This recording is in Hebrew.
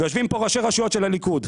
יושבים כאן ראשי רשויות של הליכוד.